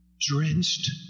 drenched